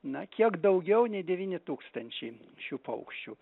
na kiek daugiau nei devyni tūkstančiai šių paukščių